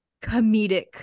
comedic